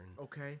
Okay